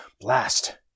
Blast